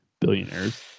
billionaires